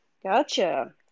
Gotcha